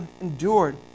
endured